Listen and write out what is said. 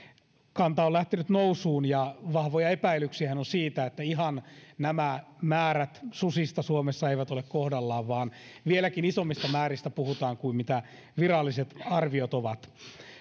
kanta on lähtenyt nousuun ja vahvoja epäilyksiähän on siitä että nämä susimäärät suomessa eivät ole ihan kohdallaan vaan vieläkin isommista määristä puhutaan kuin mitä viralliset arviot ovat